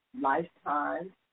lifetime